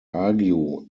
argue